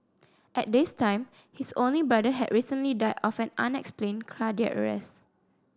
at this time his only brother had recently died of an unexplained cardiac arrest